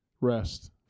rest